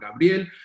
Gabriel